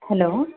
hello